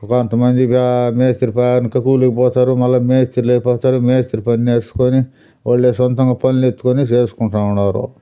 కొంతమందిగా మేస్త్రి పనికి కూలికి పోతారు మళ్ళీ మేస్త్రిలైపోతారు మేస్త్రి పనులు నేర్చుకొని వాళ్లే సొంతంగా పనులు వెతుక్కొని చేసుకుంటూ ఉన్నారు